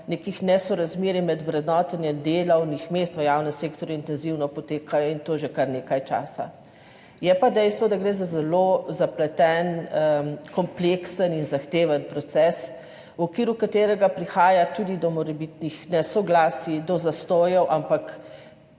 nekih nesorazmerij med vrednotenji delovnih mest v javnem sektorju, intenzivno potekajo, in to že kar nekaj časa. Je pa dejstvo, da gre za zelo zapleten, kompleksen in zahteven proces, v okviru katerega prihaja tudi do morebitnih nesoglasij, do zastojev, ampak